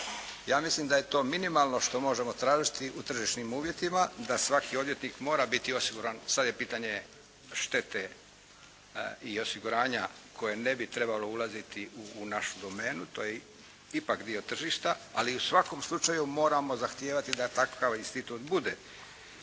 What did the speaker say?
ja mislim da je to minimalno što možemo tražiti u tržišnim uvjetima da svaki odvjetnik mora biti osiguran, sad je pitanje štete i osiguranja koje ne bi trebalo ulaziti u našu domenu, to je ipak dio tržišta, ali i u svakom slučaju moramo zahtijevati da tako kao institut bude.